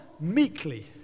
meekly